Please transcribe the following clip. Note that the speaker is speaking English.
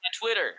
Twitter